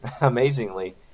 amazingly